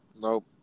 Nope